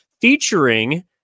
featuring